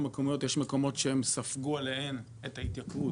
שהן ספגו אליהן את ההתייקרות,